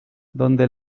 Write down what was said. donde